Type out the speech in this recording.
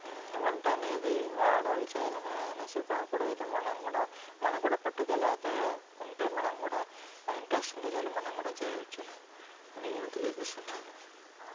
వంట అనేది ఆడవాళ్ళూ చేయాలనే అనేసి కూడా మనం కూడా మనం కూడా పట్టుదల దయ ఉంటే మనం కూడా ఇంట్రెస్ట్ ఉంటే చాలు మనం కూడా చేయవచ్చును అని నేను తెలియజేస్తున్నాను